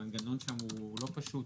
המנגנון שם לא פשוט,